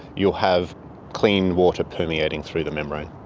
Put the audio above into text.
you'll have clean water permeating through the membrane.